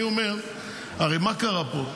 אני אומר: הרי מה קרה פה?